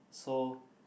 so